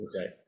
Okay